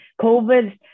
COVID